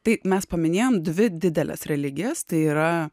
taip mes paminėjom dvi dideles religijas tai yra